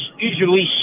usually